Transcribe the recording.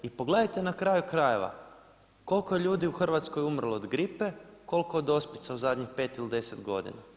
I pogledajte na kraju krajeva koliko je ljudi u Hrvatskoj umrlo od gripe, koliko od ospica u zadnjih 5 ili 10 godina.